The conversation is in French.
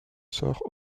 sort